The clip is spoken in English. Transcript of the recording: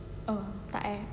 oh tak ya